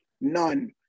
None